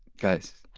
guys